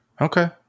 Okay